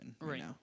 right